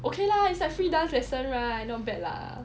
okay lah it's like free dance lesson right not bad lah